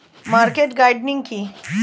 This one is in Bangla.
মার্কেট গার্ডেনিং কি?